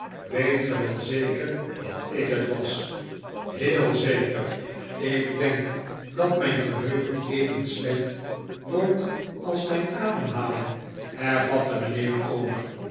weet ge wel zeker dat ik het was heel zeker ik denk dat mijn geheugen even slecht wordt als mijn ademhaling hervatte mijnheer omer